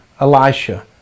Elisha